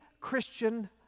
Christian